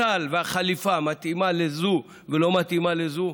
הסל, החליפה מתאימה לזו ולא מתאימה לזו?